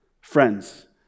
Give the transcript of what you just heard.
Friends